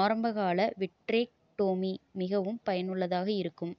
ஆரம்பகால விட்ரெக்டோமி மிகவும் பயனுள்ளதாக இருக்கும்